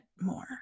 more